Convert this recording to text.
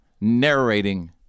narrating